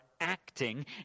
acting